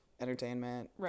entertainment